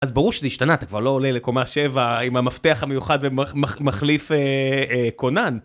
אז ברור שזה השתנה, אתה כבר לא עולה לקומה 7 עם המפתח המיוחד ומחליף כונן.